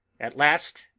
at last,